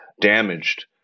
damaged